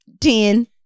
ten